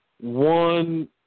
one